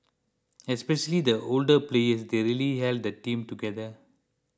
especially the older players they really held the team together